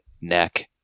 neck